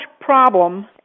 problem